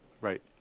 Right